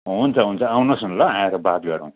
हुन्छ हुन्छ आउनुहोस् न ल आएर बात गरौँ